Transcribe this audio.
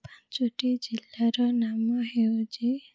ପାଞ୍ଚଟି ଜିଲ୍ଲାର ନାମ ହେଉଛି